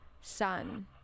sun